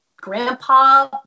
grandpa